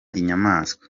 inyamaswa